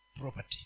property